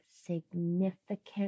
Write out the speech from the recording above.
significant